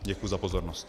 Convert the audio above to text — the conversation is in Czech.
Děkuji za pozornost.